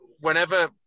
whenever